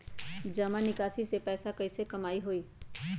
जमा निकासी से पैसा कईसे कमाई होई?